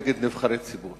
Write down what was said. נגד נבחרי ציבור,